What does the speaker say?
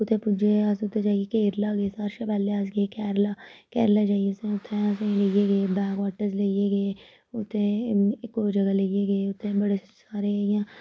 कुत्थै पुज्जे अस उत्थै जाइयै केरला सारे कशा पैह्ले गे अस केरला केरला जाइयै असें उत्थां लेइयै गे बैग होटल च लेइयै गे उत्थे इक होर जगह लेइयै गे उत्थे बड़े सारे इ'यां